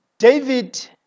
David